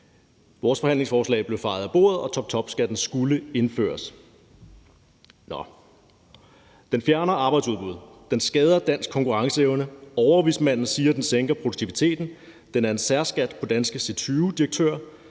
Vores forhandlingsforslag blev fejet af bordet, og toptopskatten skulle indføres. Den fjerner arbejdsudbud, den skader dansk konkurrenceevne, overvismanden siger, den sænker produktiviteten, den er en særskat på danske C20-direktører,